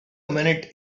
minute